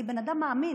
אני בן אדם מאמין,